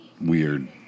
weird